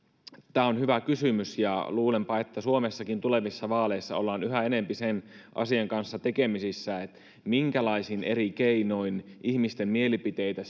tämä on hyvä kysymys ja luulenpa että suomessakin tulevissa vaaleissa ollaan yhä enempi tekemisissä sen asian kanssa minkälaisin eri keinoin ihmisten mielipiteitä